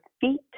feet